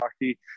hockey